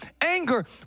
anger